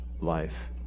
life